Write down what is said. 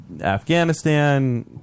Afghanistan